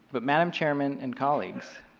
but madam chairman and colleagues,